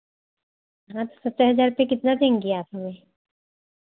हाँ तो सत्तर हज़ार रुपए कितना देंगी आप हमें